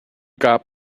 got